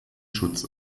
schutz